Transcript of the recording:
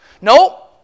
No